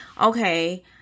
okay